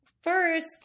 First